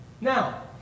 Now